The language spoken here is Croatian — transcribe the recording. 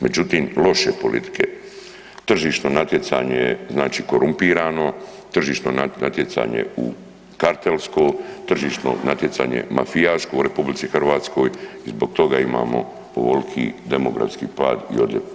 Međutim, loše politike, tržišno natjecanje je znači korumpirano, tržišno natjecanje je kartelsko, tržišno natjecanje je mafijaško u RH i zbog toga imamo ovolki demografski pad i odljev.